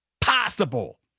possible